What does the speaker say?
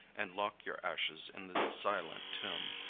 and lock your ashes in the silent tomb,